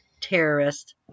Terrorist